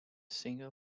single